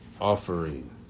offering